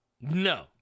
no